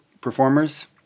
performers